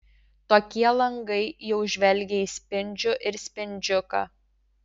tokie langai jau žvelgia į spindžių ir spindžiuką